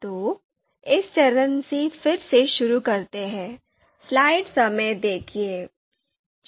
तो इस चरण से फिर से शुरू करते हैं